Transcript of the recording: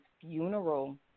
funeral